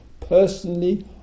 personally